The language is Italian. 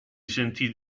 sentì